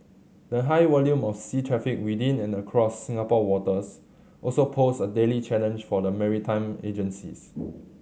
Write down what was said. the high volume of sea traffic within and across Singapore waters also poses a daily challenge for the maritime agencies